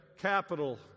capital